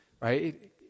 right